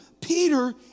Peter